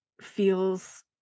feels